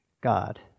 God